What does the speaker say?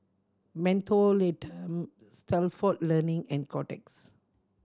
Mentholatum Stalford Learning and Kotex